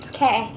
Okay